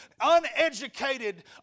uneducated